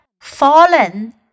fallen